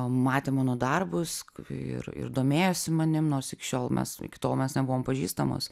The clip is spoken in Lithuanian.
matė mano darbus ir ir domėjosi manim nors iki šiol mes iki tol mes nebuvom pažįstamos